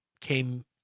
Came